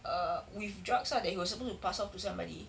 err with drugs ah that he was supposed to pass off to somebody